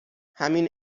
همین